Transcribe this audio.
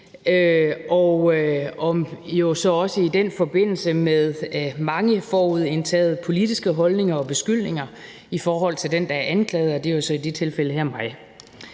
og i den forbindelse med mange forudindtagede politiske holdninger og beskyldninger i forhold til den, der er anklaget, og det er jo så i det her